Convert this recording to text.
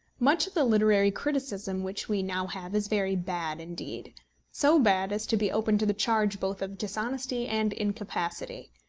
much of the literary criticism which we now have is very bad indeed so bad as to be open to the charge both of dishonesty and incapacity.